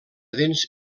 dents